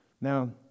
Now